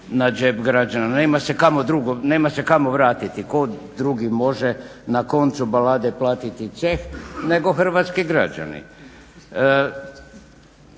na džep građana. Nema se kamo vratiti, tko drugi može na koncu balade platiti ceh, nego hrvatski građani.